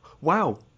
Wow